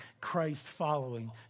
Christ-following